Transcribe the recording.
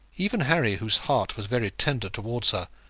even harry, whose heart was very tender towards her,